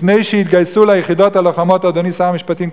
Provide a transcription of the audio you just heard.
לפני שיתגייסו ליחידות הלוחמות" אדוני שר המשפטים,